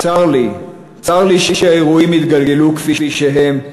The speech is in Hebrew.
צר לי, צר לי שהאירועים התגלגלו כפי שהם,